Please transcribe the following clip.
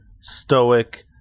stoic